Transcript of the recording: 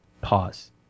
pause